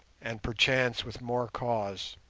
and perchance with more cause.